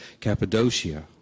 Cappadocia